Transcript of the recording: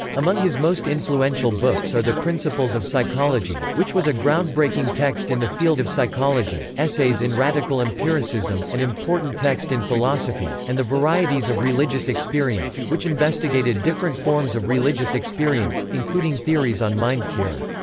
among his most influential books are the principles of psychology, which was a groundbreaking text in the field of psychology essays in radical empiricism, an important text in and philosophy and the varieties of religious experience, which investigated different forms of religious experience, including theories on mind-cure.